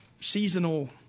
seasonal